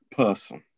person